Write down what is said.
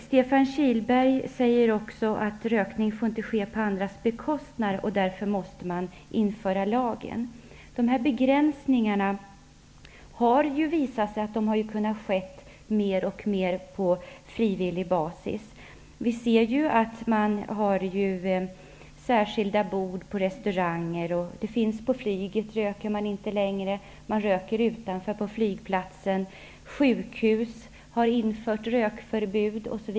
Stefan Kihlberg säger också att rökning inte får ske på andras bekostnad. Därför måste man införa en lag om förbud. Dessa begränsningar har kunnat ske mer och mer på frivillig basis. Det finns särskilda bord på restauranger. På flyget röker man inte längre. Man röker utanför, på flygplatsen. Sjukhusen har infört rökförbud.